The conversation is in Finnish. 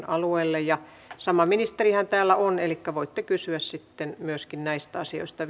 alueelle sama ministerihän täällä on elikkä voitte kysyä sitten myöskin näistä asioista